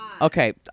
Okay